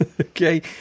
Okay